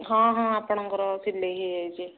ହଁ ହଁ ଆପଣଙ୍କର ସିଲେଇ ହୋଇଯାଇଛି